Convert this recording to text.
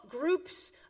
groups